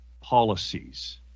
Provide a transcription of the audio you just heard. policies